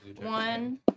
one